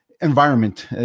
environment